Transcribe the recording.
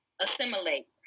assimilate